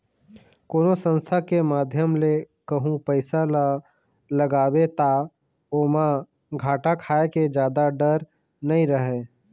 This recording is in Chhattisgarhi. कोनो संस्था के माध्यम ले कहूँ पइसा ल लगाबे ता ओमा घाटा खाय के जादा डर नइ रहय